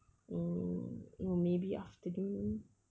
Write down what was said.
mm no maybe afternoon